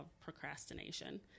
procrastination